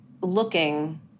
looking